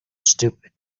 stupid